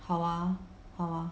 好 ah 好 ah